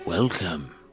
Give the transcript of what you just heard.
Welcome